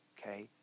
okay